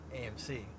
AMC